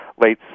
late